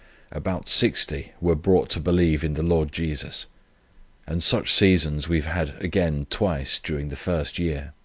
about sixty were brought to believe in the lord jesus and such seasons we have had again twice during the first year.